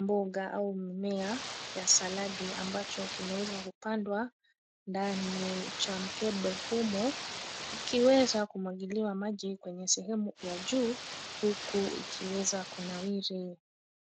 mboga au mmea ya saladi ambacho kimeweza kupandwa ndani cha mkembe humo ikiweza kumwagiliwa maji kwenye sehemu ya juu huku ikiweza kunawiri.